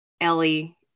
Ellie